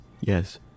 yes